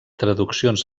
traduccions